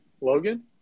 Logan